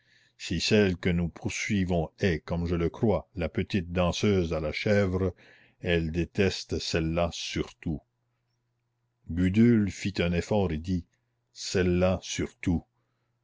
si celle que nous poursuivons est comme je le crois la petite danseuse à la chèvre elle déteste celle-là surtout gudule fit un effort et dit celle-là surtout